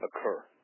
occur